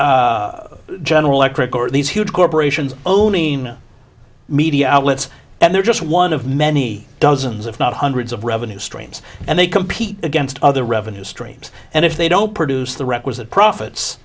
general electric are these huge corporations owning media outlets and they're just one of many dozens if not hundreds of revenue streams and they compete against other revenue streams and if they don't produce the requisite